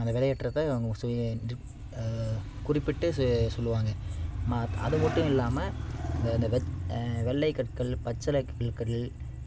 அந்த விலை ஏற்றத்தை அவங்க சுய குறிப்பிட்டு செ சொல்லுவாங்கள் மாத் அது மட்டும் இல்லாமல் இந்த இந்த வெத் வெள்ளை கற்கள் பச்சலை கற்கள்